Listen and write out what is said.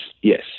yes